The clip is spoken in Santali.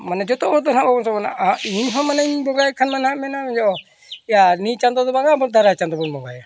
ᱢᱟᱱᱮ ᱡᱚᱛᱚ ᱫᱚ ᱦᱟᱸᱜ ᱤᱧᱦᱚᱸ ᱢᱟᱱᱮᱧ ᱵᱚᱸᱜᱟᱭ ᱠᱷᱟᱱ ᱢᱮᱱ ᱦᱟᱸᱜ ᱮᱭᱟ ᱱᱤᱭ ᱪᱟᱸᱫᱳ ᱫᱚ ᱵᱟᱝᱟ ᱟᱵᱚ ᱫᱟᱨᱟᱭ ᱪᱟᱸᱫᱳ ᱵᱚᱱ ᱵᱚᱸᱜᱟᱭᱟ